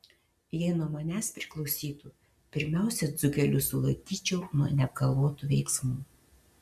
jei nuo manęs priklausytų pirmiausia dzūkelius sulaikyčiau nuo neapgalvotų veiksmų